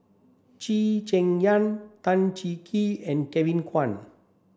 Cheng Yan Tan Cheng Kee and Kevin Kwan